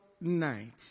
night